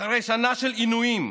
אחרי שנה של עינויים,